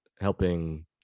helping